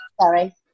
sorry